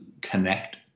connect